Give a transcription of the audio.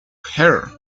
her